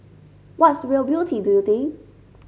what's real beauty do you think